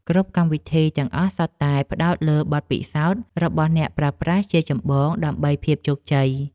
គ្រប់កម្មវិធីទាំងអស់សុទ្ធតែផ្ដោតលើបទពិសោធន៍របស់អ្នកប្រើប្រាស់ជាចម្បងដើម្បីភាពជោគជ័យ។